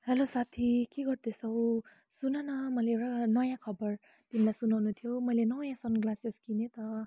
hello साथी के गर्दैछौ सुन न मैले एउटा नयाँ खबर तिमीलाई सुनाउनु थियो मैले नयाँ सन ग्लासेस किने त